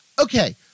okay